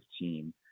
team